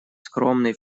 скромный